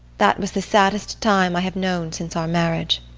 that was the saddest time i have known since our marriage.